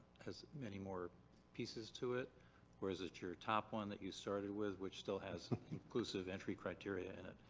has many more pieces to it or is it your top one that you started with which still has inclusive entry criteria in it?